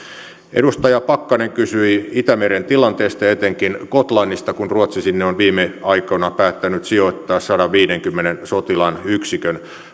edustaja pakkanen kysyi itämeren tilanteesta ja etenkin gotlannista kun ruotsi sinne on viime aikoina päättänyt sijoittaa sataanviiteenkymmeneen sotilaan yksikön